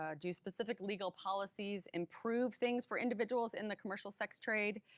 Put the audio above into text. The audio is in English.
ah do specific legal policies improve things for individuals in the commercial sex trade?